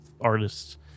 artists